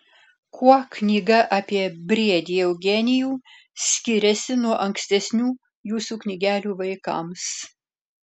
kuo knyga apie briedį eugenijų skiriasi nuo ankstesnių jūsų knygelių vaikams